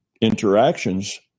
interactions